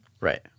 Right